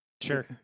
sure